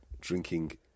drinking